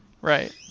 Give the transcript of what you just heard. Right